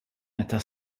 meta